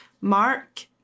Mark